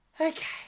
Okay